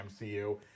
MCU